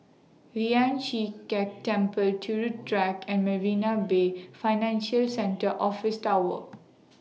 Lian Chee Kek Temple Turut Track and Marina Bay Financial Centre Office Tower